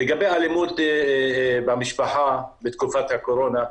לגבי אלימות במשפחה בתקופת הקורונה,